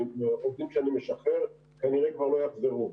ועובדים שאני משחרר כנראה כבר לא יחזרו.